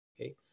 okay